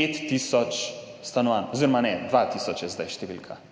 5 tisoč stanovanj oziroma ne, 2 tisoč je zdaj številka.